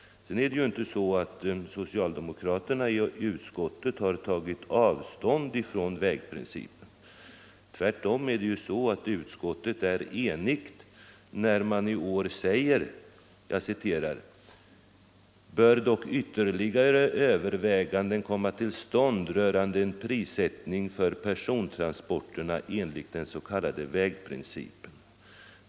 Sedan är det inte så, att socialdemokraterna i utskottet har tagit avstånd från vägprincipen. Utskottet är tvärtom enigt när man i år säger ”--- bör dock ytterligare överväganden komma till stånd rörande en prissättning för persontransporterna enligt den s.k. vägprincipen”.